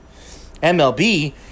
MLB